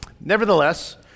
Nevertheless